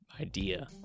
idea